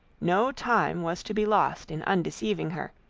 no time was to be lost in undeceiving her,